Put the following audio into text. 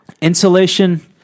Insulation